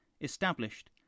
established